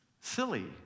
Silly